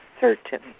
certain